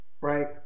right